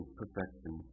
perfection